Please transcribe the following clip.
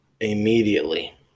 immediately